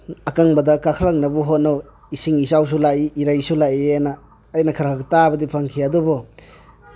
ꯑꯀꯪꯕꯗ ꯀꯥꯈꯠꯂꯛꯅꯕ ꯍꯣꯠꯅꯧ ꯏꯁꯤꯡ ꯏꯆꯥꯎꯁꯨ ꯂꯥꯛꯏ ꯏꯔꯩꯁꯨ ꯂꯥꯛꯏ ꯍꯥꯏꯅ ꯑꯩꯅ ꯈꯔ ꯈꯔ ꯇꯥꯕꯗꯤ ꯐꯪꯈꯤ ꯑꯗꯨꯕꯨ